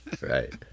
right